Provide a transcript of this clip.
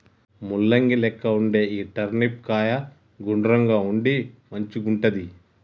ముల్లంగి లెక్క వుండే ఈ టర్నిప్ కాయ గుండ్రంగా ఉండి మంచిగుంటది